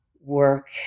work